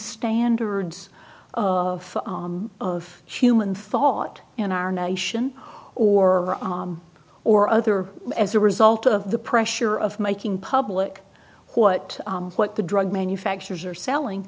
standards of of human thought in our nation or or other as a result of the pressure of making public what what the drug manufacturers are selling